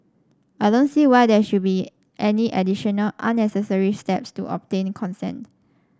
I don't see why there should be any additional unnecessary steps to obtain consent